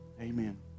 Amen